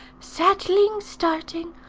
settling, starting,